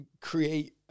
create